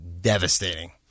devastating